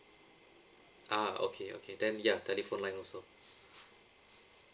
ah okay okay then ya telephone line also